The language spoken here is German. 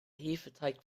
hefeteig